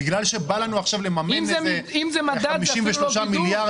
בגלל שבא לנו עכשיו לממן איזה 53 מיליארד